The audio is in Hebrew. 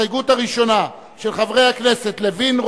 הסתייגות הראשונה של חברי הכנסת לוין,